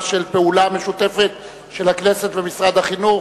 של פעולה משותפת של הכנסת ומשרד החינוך.